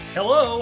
Hello